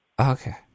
Okay